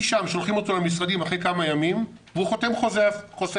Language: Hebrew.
משם שולחים אותו למשרדים אחרי כמה ימים והוא חותם על חוזה העסקה,